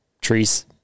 Trees